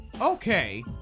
Okay